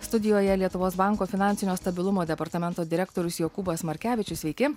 studijoje lietuvos banko finansinio stabilumo departamento direktorius jokūbas markevičius sveiki